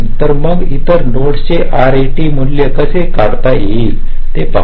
तर मग इतर नोड्सचे आरएटी मूल्य कसे काढता येईल ते पाहू